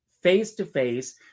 face-to-face